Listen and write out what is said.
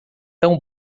tão